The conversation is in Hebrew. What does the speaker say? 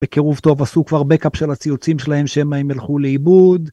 בקירוב טוב עשו כבר בק-אפ של הציוצים שלהם שמא הם יילכו לאיבוד.